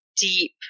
deep